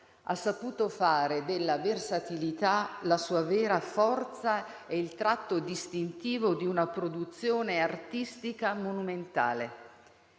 ha saputo fare della versatilità la sua vera forza e il tratto distintivo di una produzione artistica monumentale.